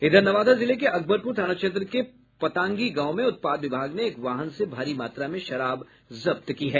इधर नवादा जिले के अकबरपुर थाना क्षेत्र के पतांगी गांव में उत्पाद विभाग ने एक वाहन से भारी मात्रा में शराब जब्त की है